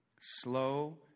slow